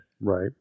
Right